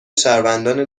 شهروندان